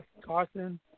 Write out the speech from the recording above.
Carson